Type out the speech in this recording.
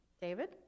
David